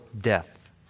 death